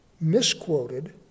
misquoted